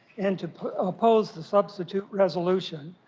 and to oppose the substantive resolution.